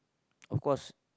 of course